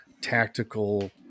tactical